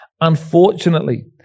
Unfortunately